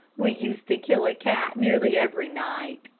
we used to kill a cat nearly every night.